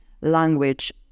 language